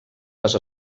les